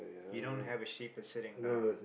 you don't have a sheep that's sitting down